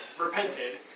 Repented